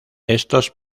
estos